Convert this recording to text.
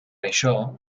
això